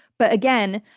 but again,